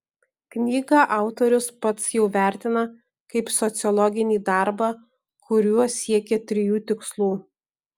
knygą autorius pats jau vertina kaip sociologinį darbą kuriuo siekė trijų tikslų